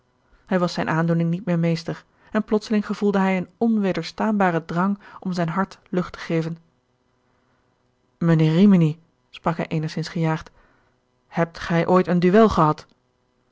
hij was zijne aandoening niet meer meester en plotseling gevoelde hij een onwederstaanbaren drang om zijn hart lucht te geven mijnheer rimini sprak hij eenigszins gejaagd hebt gij ooit een duel gehad